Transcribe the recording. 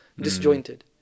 disjointed